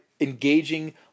engaging